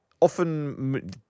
often